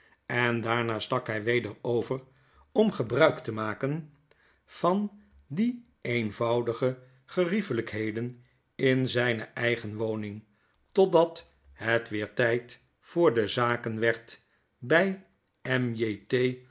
en daarna stak hy weder over om gebruik te maken van die eenvoudige geriefelykheden in zijne eigen woning totdat het weer tyd voor de zaken werd by